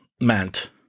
meant